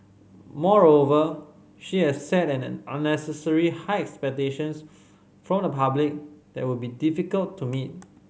moreover she has set an unnecessary high expectations from the public that would be difficult to meet